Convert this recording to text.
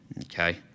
okay